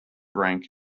rank